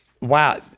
Wow